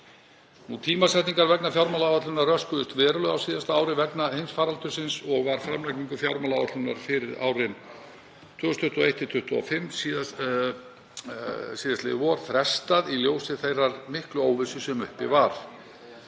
Tímasetningar vegna fjármálaáætlunar röskuðust verulega á síðasta ári vegna heimsfaraldursins og var framlagningu fjármálaáætlunar fyrir árin 2021–2025 sl. vor frestað í ljósi þeirrar miklu óvissu sem uppi var.